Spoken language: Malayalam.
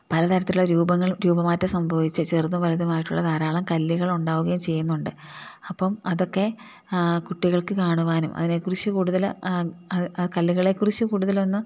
പലതരത്തിലുള്ള രൂപങ്ങൾ രൂപമാറ്റം സംഭവിച്ചു ചെറുതും വലുതുമായിട്ടുള്ള കല്ലുകൾ ഉണ്ടാവുകയും ചെയ്യുന്നുണ്ട് അപ്പം അതൊക്കെ കുട്ടികൾക്ക് കാണുവാനും അതിനെ കുറിച്ച് കൂ ടുതൽ കല്ലുകളെ കുറിച്ചു കൂടുതൽ ഒന്നും